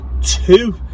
Two